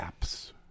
apps